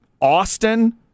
Austin